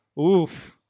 Oof